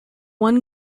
one